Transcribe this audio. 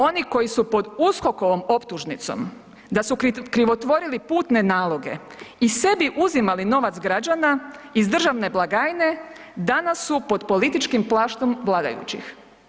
Oni koji su pod USKOK-ovom optužnicom da su krivotvorili putne naloge i sebi uzimali novac građana iz državne blagajne, danas su pod političkom plaštom vladajućih.